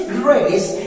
grace